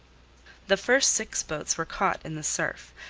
the first six boats were caught in the surf,